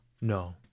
No